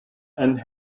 and